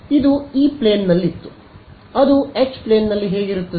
ಇದು ಇ ಪ್ಲೇನ್ನಲ್ಲಿತ್ತು ಅದು ಎಚ್ ಪ್ಲೇನ್ನಲ್ಲಿ ಹೇಗಿರುತ್ತದೆ